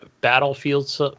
Battlefields